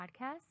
podcast